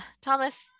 Thomas